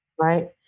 Right